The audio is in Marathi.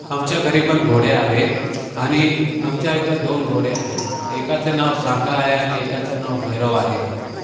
आमच्या घरीपण घोडे आहे आणि आमच्या इथं दोन घोडे आहे एकाचं नाव सांगा आहे आणि एकाचं नाव भैरव आहे